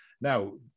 now